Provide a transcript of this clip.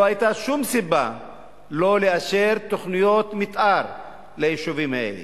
לא היתה שום סיבה שלא לאשר תוכניות מיתאר ליישובים האלה.